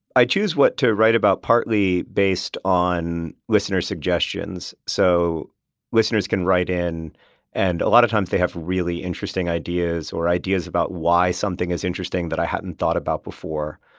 i choose what to write about partly based on listener suggestions. so listeners can write in and a lot of times they have really interesting ideas or ideas about why something is interesting that i hadn't thought about before.